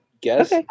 Guess